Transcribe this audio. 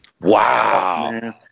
Wow